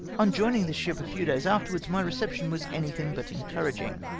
on joining this ship a few days afterwards, my reception was anything but encouraging.